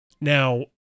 Now